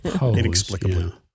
Inexplicably